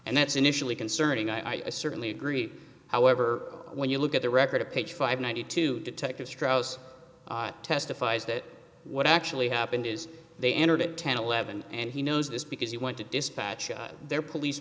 and that's initially concerning i certainly agree however when you look at the record of page five ninety two detective strauss testifies that what actually happened is they entered ten eleven and he knows this because he went to dispatch their police